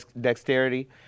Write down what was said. dexterity